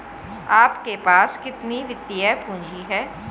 आपके पास कितनी वित्तीय पूँजी है?